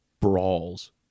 brawls